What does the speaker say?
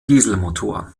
dieselmotor